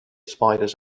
spiders